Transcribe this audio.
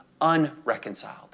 unreconciled